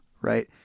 Right